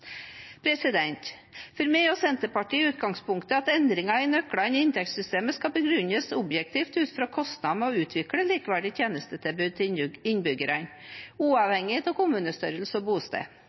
For meg og Senterpartiet er utgangspunktet at endringer i nøklene i inntektssystemet skal begrunnes objektivt ut fra kostnadene ved å utvikle et likeverdig tjenestetilbud til innbyggerne, uavhengig av kommunestørrelse og bosted.